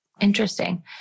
Interesting